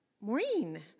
Maureen